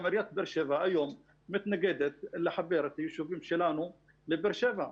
היום עיריית באר שבע מתנגדת לחבר את היישובים שלנו לבאר שבע.